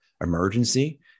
emergency